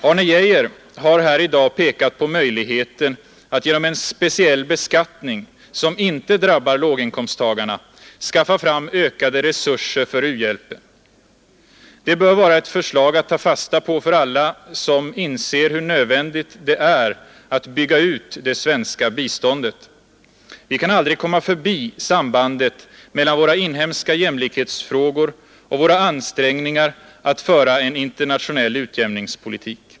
Arne Geijer har här i dag pekat på möjligheten att genom en speciell beskattning — som inte drabbar låginkomsttagarna — skaffa fram ökade resurser för u-hjälpen. Det bör vara ett uppslag att ta fasta på för alla som inser hur nödvändigt det är att bygga ut det svenska biståndet. Vi kan aldrig komma förbi sambandet mellan våra inhemska jämlikhetsfrågor och våra ansträngningar att föra en internationell utjämningspolitik.